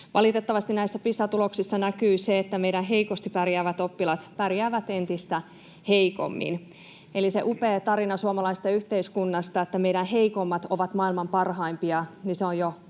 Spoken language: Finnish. Valitettavasti näissä Pisa-tuloksissa näkyy se, että meidän heikosti pärjäävät oppilaat pärjäävät entistä heikommin. Eli se upea tarina suomalaisesta yhteiskunnasta, että meidän heikommat ovat maailman parhaimpia, on jo